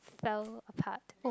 fell apart oh